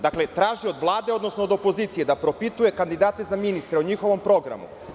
Dakle, traži od Vlade, odnosno od opozicije da propituje kandidate za ministra o njihovom programu.